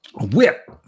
whip